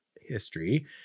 history